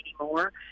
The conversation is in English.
anymore